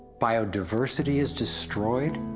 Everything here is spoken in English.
biodiversity is destroyed,